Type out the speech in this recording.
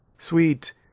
sweet